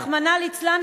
רחמנא ליצלן,